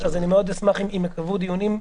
אז מאוד אשמח אם ייקבעו דיונים,